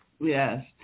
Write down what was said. Yes